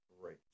great